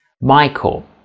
Michael